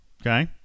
okay